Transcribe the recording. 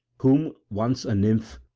whom once a nymph,